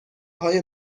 های